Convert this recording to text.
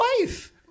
wife